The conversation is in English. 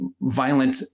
violent